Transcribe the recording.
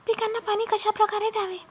पिकांना पाणी कशाप्रकारे द्यावे?